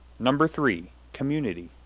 number three, community.